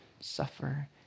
suffer